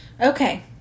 Okay